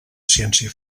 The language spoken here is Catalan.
ciència